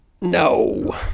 No